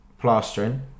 plastering